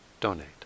donate